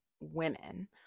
women